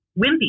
wimpy